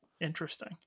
interesting